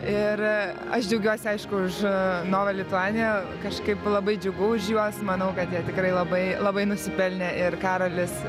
ir aš džiaugiuosi aišku už nova lituanija kažkaip labai džiugu už juos manau kad jie tikrai labai labai nusipelnę ir karolis